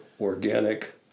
organic